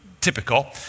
typical